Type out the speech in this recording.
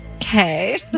Okay